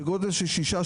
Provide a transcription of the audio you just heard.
בגודל של שישה,